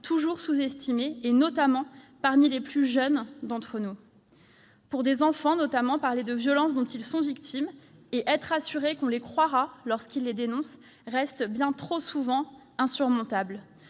toujours sous-estimées, notamment parmi les plus jeunes d'entre nous. Pour des enfants, parler des violences dont ils sont victimes et être assurés qu'on les croira lorsqu'ils les dénoncent reste bien trop souvent insurmontable.